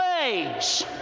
ways